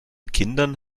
kindern